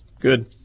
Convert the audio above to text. Good